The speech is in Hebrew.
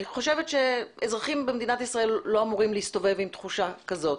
אני חושבת שאזרחים במדינת ישראל לא אמורים להסתובב עם תחושה כזאת,